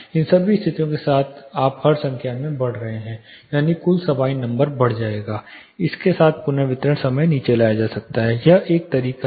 इन सभी स्थितियों के साथ आप हर में संख्या बढ़ा रहे हैं यानी कुल सबाइन बढ़ जाएगा इस के साथ पुनर्वितरण समय नीचे लाया जा सकता है यह एक तरीका है